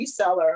reseller